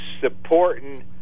supporting